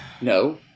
No